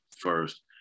first